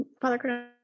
Father